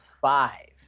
five